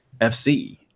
FC